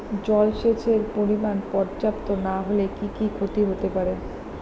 জলসেচের পরিমাণ পর্যাপ্ত না হলে কি কি ক্ষতি হতে পারে?